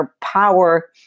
power